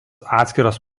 atskiras